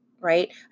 right